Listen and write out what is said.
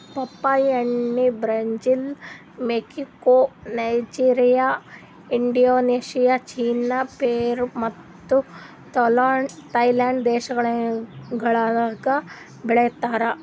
ಪಪ್ಪಾಯಿ ಹಣ್ಣ್ Brazil, Mexico, Nigeria, Indonesia, China, Peru ಮತ್ತ ಥೈಲ್ಯಾಂಡ್ ದೇಶಗೊಳ್ದಾಗ್ ಬೆಳಿತಾರ್